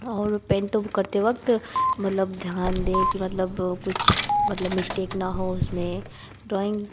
और पेंट करते वक़्त मतलब ध्यान दें कि मतलब कुछ मतलब मिश्टेक ना हो उसमें ड्राइंग